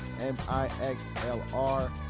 M-I-X-L-R